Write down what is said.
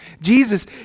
Jesus